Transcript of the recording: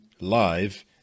live